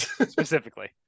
specifically